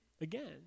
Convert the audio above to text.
again